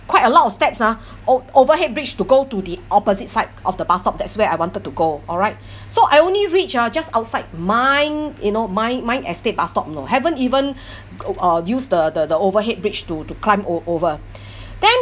quite a lot of steps ah o~ overhead bridge to go to the opposite side of the bus stop that's where I wanted to go alright so I only reach uh just outside mine you know mine mine estate bus stop you know haven't even o~ uh use the the the overhead bridge to to climb o~ over then